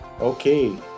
okay